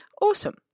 Awesome